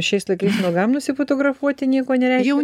šiais laikais nuogam nusifotografuoti nieko nereiškia